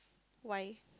why